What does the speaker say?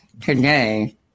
today